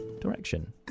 direction